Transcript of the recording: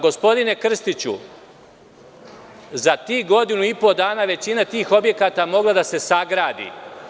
Gospodine Krstiću, za tih godinu i po dana je većina tih objekata mogla da se sagradi.